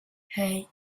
hey